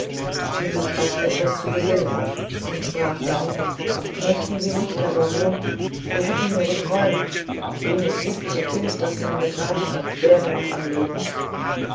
schien sich auf etwas zu besinnen und sprach dann möchten sie nicht herr baron wir hätten nur geträumt und jenes liebliche kind das man begraben hat wäre noch am leben